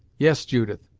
yes, judith,